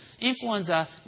Influenza